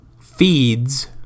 feeds